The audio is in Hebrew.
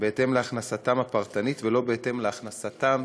בהתאם להכנסתם הפרטנית ולא בהתאם להכנסתם